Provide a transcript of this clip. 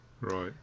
Right